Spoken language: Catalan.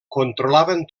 controlaven